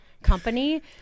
company